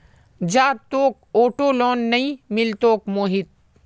जा, तोक auto loan नइ मिलतोक मोहित